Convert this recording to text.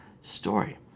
story